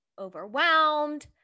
overwhelmed